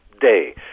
day